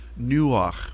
nuach